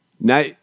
Now